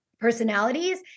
personalities